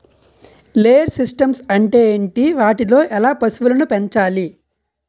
Layer systems అంటే ఏంటి? వాటిలో ఎలా పశువులను పెంచాలి?